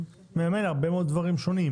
מממן הרבה מאוד דברים שונים.